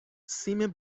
سیم